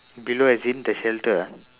below as in the shelter ah